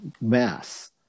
mass